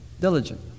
Diligent